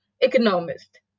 economist